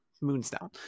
Moonstone